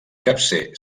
capcer